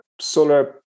solar